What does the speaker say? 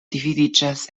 dividiĝas